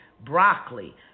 broccoli